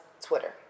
Twitter